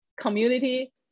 community